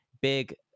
big